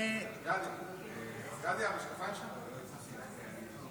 אדוני היושב-ראש, חבריי חברי הכנסת, אני